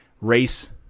race